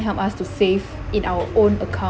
help us to save in our own account